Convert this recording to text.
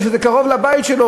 מפני שזה קרוב לבית שלו.